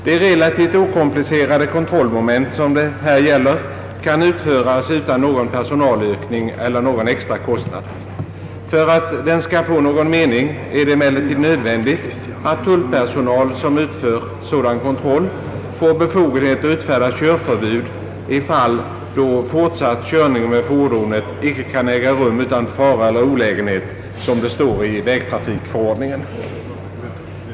De relativt okomplicerade kontrollmoment som det gäller kan utföras utan någon personalökning eller någon extrakostnad. För att den skall få någon mening är det emellertid nödvändigt att tullpersonal som utför sådan kontroll får befogenhet att utfärda körförbud i fall då »fortsatt färd med fordonet icke kan äga rum utan fara eller olägenhet», som det står i vägtrafikförordningen.